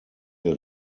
wir